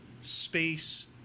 space